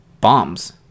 bombs